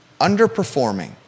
Underperforming